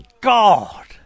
god